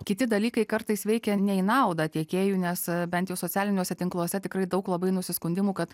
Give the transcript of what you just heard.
kiti dalykai kartais veikia ne į naudą tiekėjui nes bent jau socialiniuose tinkluose tikrai daug labai nusiskundimų kad